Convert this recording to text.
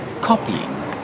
copying